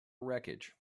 wreckage